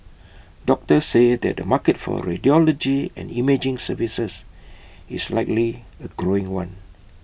doctors say that the market for radiology and imaging services is likely A growing one